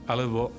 Alebo